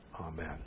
Amen